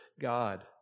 God